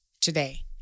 today